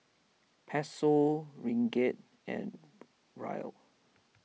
Peso Ringgit and Riel